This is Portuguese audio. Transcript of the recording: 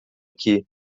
aqui